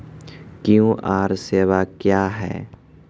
QR सेवा क्या हैं?